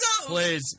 Please